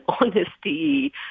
honesty